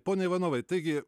pone ivanovai taigi